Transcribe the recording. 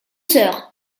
sœurs